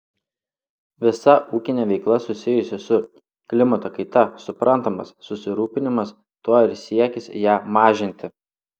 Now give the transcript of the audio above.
visa ūkinė veikla susijusi su klimato kaita suprantamas susirūpinimas tuo ir siekis ją mažinti